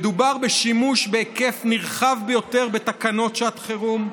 מדובר בשימוש בהיקף נרחב ביותר בתקנות שעת חירום,